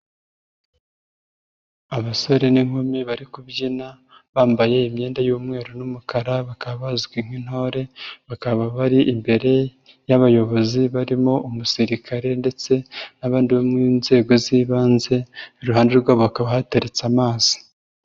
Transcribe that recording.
Abasore n'inkumi bari kubyina bambaye imyenda y'umweru n'umukara bakaba bazwi nk'intore, bakaba bari imbere y'abayobozi barimo umusirikare ndetse n'abandi bo mu nzego z'ibanze, iruhande rwabo hakaba hateretse amazi.